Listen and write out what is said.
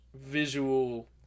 visual